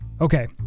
okay